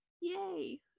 Yay